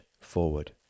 forward